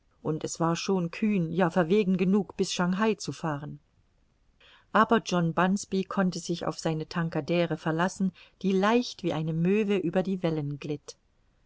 und es war schon kühn ja verwegen genug bis schangai zu fahren aber john bunsby konnte sich auf seine tankadere verlassen die leicht wie eine möve über die wellen glitt